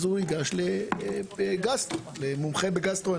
הוא ייגש למומחה בגסטרו,